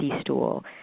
stool